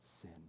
sin